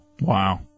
Wow